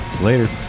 Later